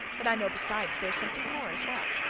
but i know besides they are something more as well.